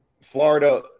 Florida